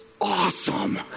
awesome